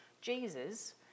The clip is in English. Jesus